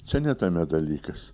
čia ne tame dalykas